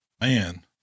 Man